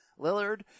Lillard